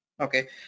okay